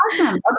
Awesome